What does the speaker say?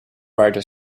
rider